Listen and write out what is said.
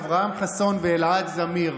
אברהם חסון ואלעד זמיר.